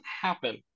happen